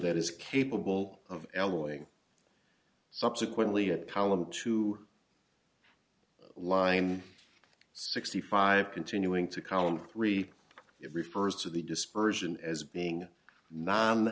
that is capable of elbowing subsequently a column to line sixty five continuing to column three it refers to the dispersion as being non